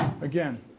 Again